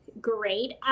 great